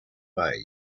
bay